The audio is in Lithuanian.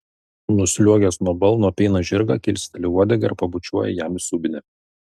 nusliuogęs nuo balno apeina žirgą kilsteli uodegą ir pabučiuoja jam į subinę